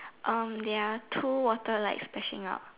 um there are two water like splashing out